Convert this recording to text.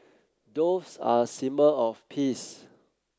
doves are a symbol of peace